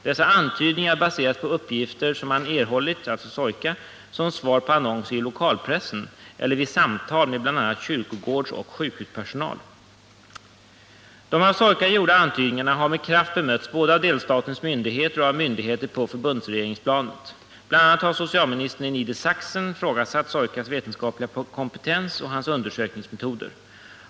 Soykas antydningar baseras på uppgifter som han har erhållit som svar på annonser i lokalpressen eller vid samtal med bl.a. kyrkogårdsoch sjukhuspersonal. De av Soyka gjorda antydningarna har med kraft bemötts både av delstatens myndigheter och av myndigheter på förbundsregeringsplanet. Bl. a. socialministern i Niedersachsen har ifrågasatt Soykas vetenskapliga kompetens och hans undersökningsmetoder.